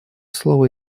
слово